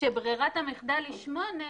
כאשר ברירת המחדל היא שמונה,